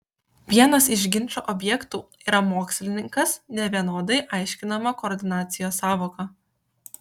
vienas iš ginčo objektų yra mokslininkas nevienodai aiškinama koordinacijos sąvoka